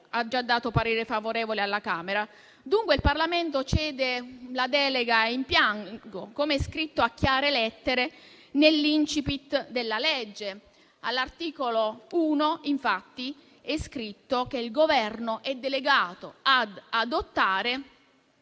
già dato parere favorevole alla Camera. Dunque il Parlamento concede una delega in bianco, com'è scritto a chiare lettere nell'*incipit* del disegno di legge. All'articolo 1, infatti, è scritto che il Governo è delegato ad adottare